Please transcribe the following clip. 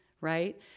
right